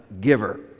giver